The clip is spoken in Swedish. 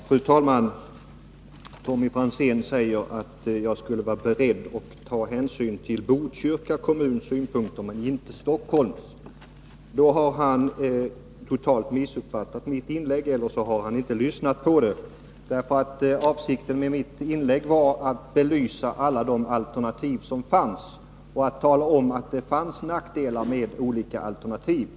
Fru talman! Tommy Franzén säger att jag skulle vara beredd att ta hänsyn till Botkyrka kommuns synpunkter men inte till Stockholms. Då har han totalt missuppfattat mitt inlägg eller inte lyssnat på det. Avsikten med mitt inlägg var att belysa alla de alternativ som fanns och att tala om att det fanns nackdelar med alla alternativ.